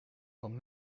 kwam